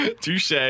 Touche